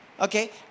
okay